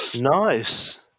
Nice